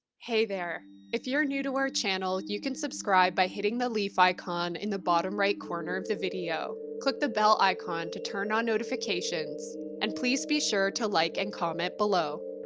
hey there! if you're new to our channel, you can subscribe by hitting the leaf icon in the bottom right corner of the video, click the bell icon to turn on notifications and please be sure to like and comment below.